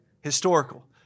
Historical